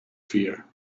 fear